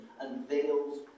unveils